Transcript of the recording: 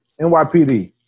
NYPD